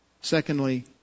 Secondly